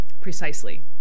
Precisely